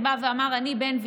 תודה.